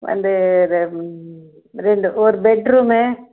வந்து ரெண்டு ஒரு பெட்ரூமு